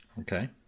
Okay